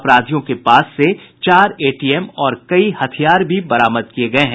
अपराधियों के पास से चार एटीएम और कई हथियार भी बरामद किये गये हैं